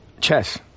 chess